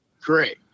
Correct